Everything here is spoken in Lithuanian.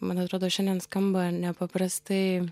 man atrodo šiandien skamba nepaprastai